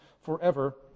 forever